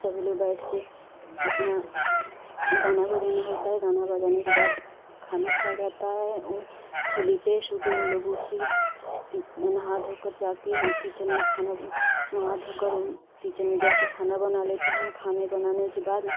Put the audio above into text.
तब सभी लोग बैठकर अपना गाना बजाना होता है गाना बजाना के बाद खाना खाए जाता है होली पर सुबह हम लोग उठ के की नहा धोकर जाकर हूँ किचन में खाना नहा धोकर किचन में जाकर खाना बना लेती हूँ खाना बनाने के बाद